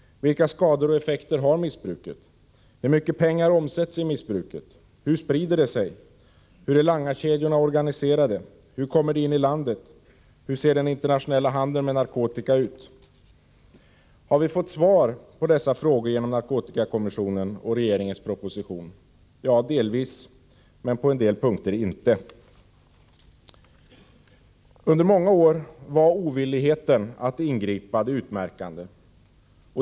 Vilka skador och effekter har missbruket? Hur mycket pengar omsätts i missbruket? Hur sprider det sig? Hur är langarkedjorna organiserade? Hur kommer narkotikan in i landet? Hur ser den internationella handeln med narkotika ut? Har vi fått svar på dessa frågor genom narkotikakommissionen och regeringens proposition? Ja, delvis, men på en del punkter har vi inte fått det. Under många år var ovilligheten att ingripa det utmärkande.